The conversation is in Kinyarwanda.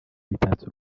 bitatse